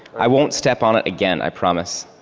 i won't step on it again. i promise.